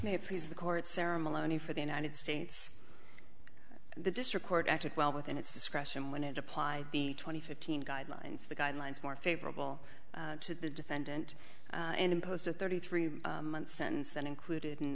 may it please the court ceremony for the united states the district court acted well within its discretion when it applied the twenty fifteen guidelines the guidelines more favorable to the defendant and imposed a thirty three month sentence that included an